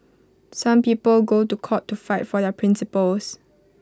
some people go to court to fight for their principles